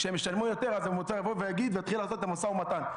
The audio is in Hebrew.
כשהם ישלמו יותר אז האוצר יתחיל לעשות איתם משא ומתן.